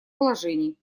положений